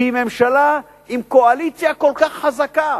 שהיא ממשלה עם קואליציה כל כך חזקה,